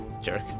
Jerk